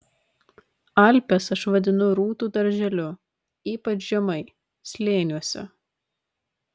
alpes aš vadinu rūtų darželiu ypač žemai slėniuose